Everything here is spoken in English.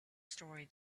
story